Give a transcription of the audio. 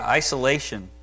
isolation